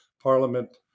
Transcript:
parliament